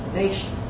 nation